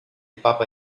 papa